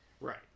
Right